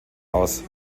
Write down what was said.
aus